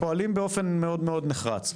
פועלים באופן מאוד נחרץ.